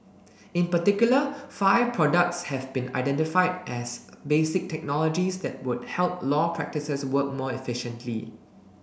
in particular five products have been identified as basic technologies that would help law practices work more efficiently